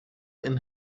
een